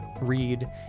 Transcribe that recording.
read